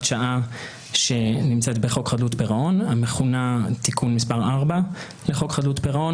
שעה שנמצאת בחוק חדלות פירעון המכונה תיקון מס' 4 לחוק חדלות פירעון.